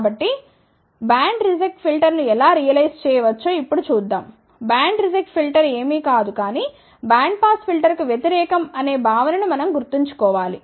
కాబట్టి band reject ఫిల్టర్ను ఎలా రియలైజ్ చేయవచ్చో ఇప్పుడు చూద్దాం బ్యాండ్ రిజెక్ట్ ఫిల్టర్ ఏమీ కాదుకానీ బ్యాండ్ పాస్ ఫిల్టర్కు వ్యతిరేకం అనే భావనను మనం గుర్తుంచుకో వాలి